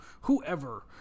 whoever